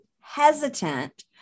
hesitant